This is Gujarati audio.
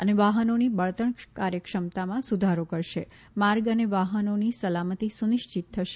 અને વાહનોની બળતણ કાર્યક્ષમતામાં સુધારો કરશે માર્ગ અને વાહનોની સલામતી સુનિશ્ચિત થશે